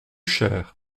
cher